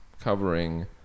covering